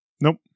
Nope